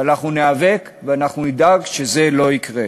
אבל אנחנו ניאבק ואנחנו נדאג שזה לא יקרה.